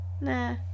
Nah